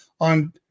on